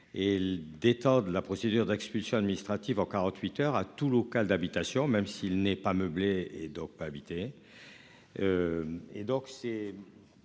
Et d'État de la procédure d'expulsion administrative en 48 heures, a tout local d'habitation. Même s'il n'est pas meublé et donc pas habiter. Et donc c'est.